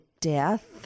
death